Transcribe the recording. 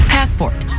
Passport